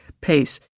pace